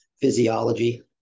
physiology